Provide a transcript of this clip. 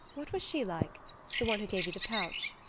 what was she like the one who gave you the pouch?